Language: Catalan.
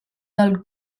del